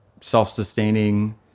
self-sustaining